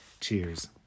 Cheers